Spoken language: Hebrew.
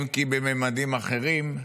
אם כי בממדים אחרים,